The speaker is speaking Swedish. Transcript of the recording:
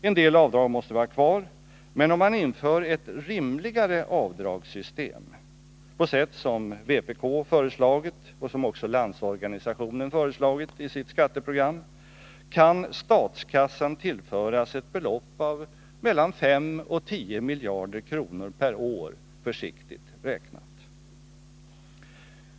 En del avdrag måste vara kvar, men om man inför ett rimligare avdragssystem på det sätt som vpk föreslagit och som också Landsorganisationen föreslagit i sitt skatteprogram, kan statskassan tillföras försiktigt räknat ett belopp på 5 å 10 miljarder kronor.